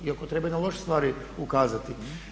Iako treba i na loše stvari ukazati.